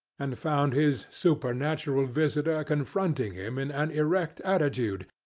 and found his supernatural visitor confronting him in an erect attitude,